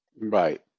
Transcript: Right